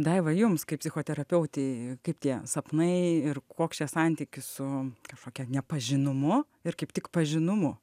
daiva jums kaip psichoterapeutei kaip tie sapnai ir koks čia santykis su kažkokia nepažinumu ir kaip tik pažinumu